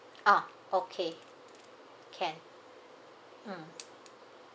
ah okay can mm